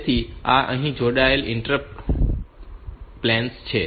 તેથી આ અહીં જોડાયેલા ઇન્ટર પ્લેન્સ છે